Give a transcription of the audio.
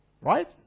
Right